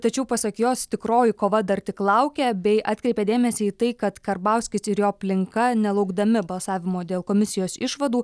tačiau pasak jos tikroji kova dar tik laukia bei atkreipia dėmesį į tai kad karbauskis ir jo aplinka nelaukdami balsavimo dėl komisijos išvadų